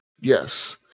yes